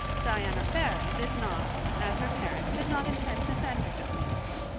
diana barry did not, as her parents did not intend to send her to queen's.